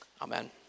amen